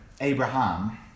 Abraham